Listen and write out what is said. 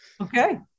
Okay